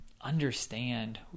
understand